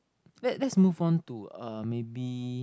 let let move on to uh maybe